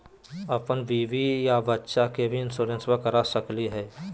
अपन बीबी आ बच्चा के भी इंसोरेंसबा करा सकली हय?